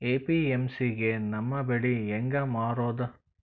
APMC ಗೆ ನಮ್ಮ ಬೆಳಿ ಹೆಂಗ ಮಾರೊದ?